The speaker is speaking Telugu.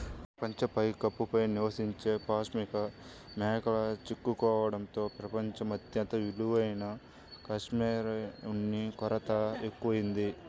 ప్రపంచ పైకప్పు పై నివసించే పాష్మినా మేకలు చిక్కుకోవడంతో ప్రపంచం అత్యంత విలువైన కష్మెరె ఉన్ని కొరత ఎక్కువయింది